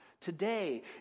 today